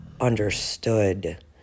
understood